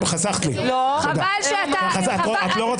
לא גיל, אתה לא.